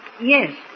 yes